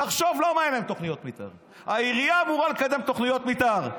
תחשוב למה אין להם תוכניות מתאר.